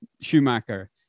Schumacher